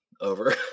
over